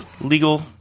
legal